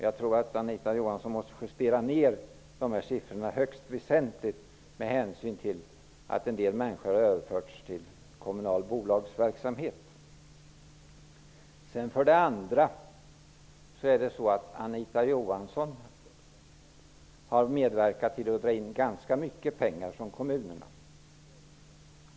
Jag tror att Anita Johansson måste justera ner sin siffror högst väsentligt med hänsyn till att en del människor har överförts till kommunal bolagsverksamhet. För det andra har Anita Johansson medverkat till att dra in ganska mycket pengar från kommunerna.